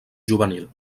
juvenil